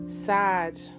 sad